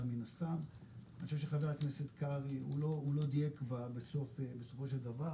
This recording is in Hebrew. אני חושב שחבר הכנסת קרעי לא דייק בסופו של דבר,